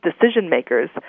decision-makers